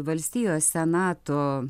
valstijos senato